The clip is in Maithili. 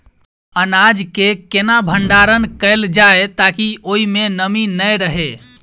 अनाज केँ केना भण्डारण कैल जाए ताकि ओई मै नमी नै रहै?